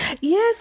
Yes